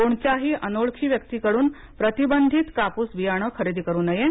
कोणत्याही अनोळखी व्यक्तीकडून प्रतिबंधित कापूस बियाणे खरेदी करू नये